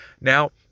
Now